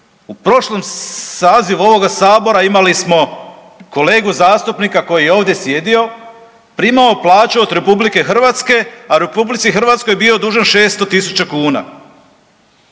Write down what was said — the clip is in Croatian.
U prošlom sazivu ovoga Sabora imali smo kolegu zastupnika koji je ovdje sjedio, primao plaću od RH, a RH bio dužan 600 tisuća